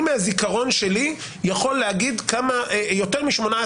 אני מהזיכרון שלי יכול להגיד יותר מ-18